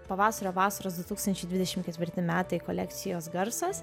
pavasario vasaros du tūkstančiai dvidešim ketvirti metai kolekcijos garsas